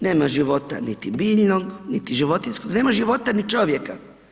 Nema života niti biljnog niti životinjskog, nema života ni čovjeka.